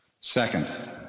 Second